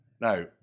Now